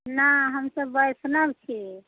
नहि हमसब वैष्णव छी